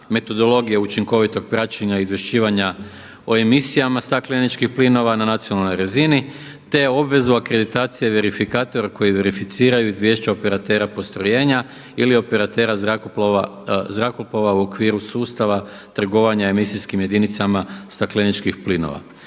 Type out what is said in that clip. metodologije učinkovito praćenja izvješćivanja o emisijama stakleničkih plinova na nacionalnoj razini, te obvezu akreditacije verifikatora koji verificiraju izvješća operatera postrojenja ili operatera zrakoplova u okviru sustava trgovanja emisijskim jedinicama stakleničkih plinova.